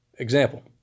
Example